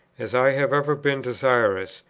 as i have ever been desirous,